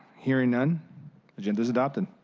hearing none agenda is adopted.